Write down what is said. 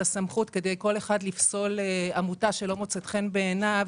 הסמכות כדי כל אחד לפסול עמותה שלא מוצאת חן בעיניו,